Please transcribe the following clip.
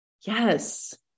Yes